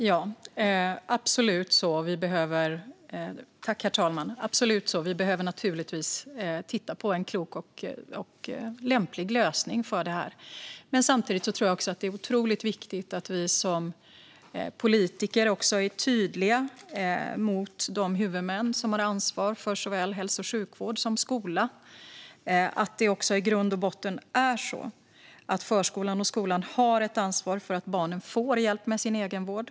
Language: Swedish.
Herr talman! Så är det absolut; vi behöver naturligtvis titta på en klok och lämplig lösning för detta. Samtidigt tror jag att det är otroligt viktigt att vi som politiker är tydliga mot de huvudmän som har ansvar för såväl hälso och sjukvård som skola med att det i grund och botten är så att förskolan och skolan har ett ansvar för att barnen får hjälp med sin egenvård.